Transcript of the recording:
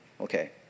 okay